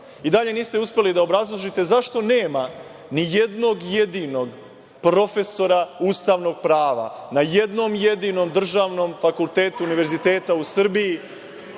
I dalje niste uspeli da obrazložite zašto nema ni jednog jedinog profesora ustavnog prava na jednom jedinom državnom fakultetu Univerziteta u Srbiji,